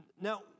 Now